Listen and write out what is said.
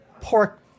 pork